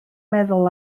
meddwl